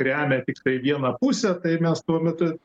remia tiktai vieną pusę tai mes tuo metu